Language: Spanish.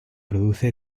produce